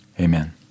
Amen